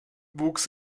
wuchs